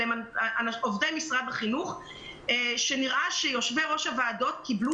על כך שנראה שיושבי ראש הוועדות קיבלו